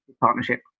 partnership